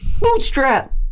bootstrap